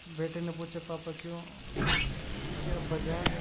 بیٹے نے پوچھا پاپا کیوں کہ ابا جان